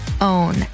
own